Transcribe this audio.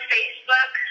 Facebook